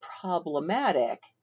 problematic